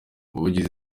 umuvugizi